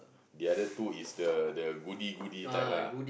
the other two is the the goodie goodie type lah